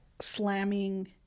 slamming